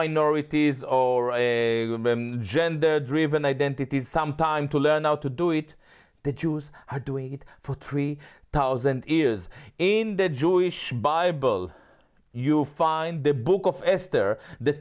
minorities or agamemnon gender driven identities some time to learn how to do it the jews are doing it for three thousand is in the jewish bible you find the book of esther th